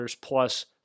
plus